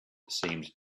seemed